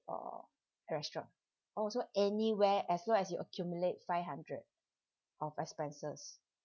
or restaurant oh so anywhere as long as you accumulate five hundred of expenses